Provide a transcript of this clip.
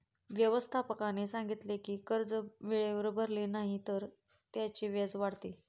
व्यवस्थापकाने सांगितले की कर्ज वेळेवर भरले नाही तर त्याचे व्याज वाढते